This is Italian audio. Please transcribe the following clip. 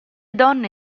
donne